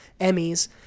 Emmys